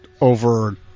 Over